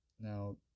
now